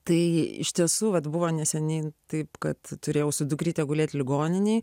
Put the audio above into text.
tai iš tiesų vat buvo neseniai taip kad turėjau su dukryte gulėti ligoninėj